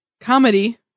comedy